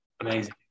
Amazing